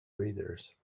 readers